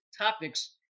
topics